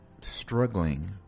struggling